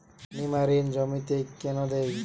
নিমারিন জমিতে কেন দেয়?